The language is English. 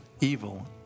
evil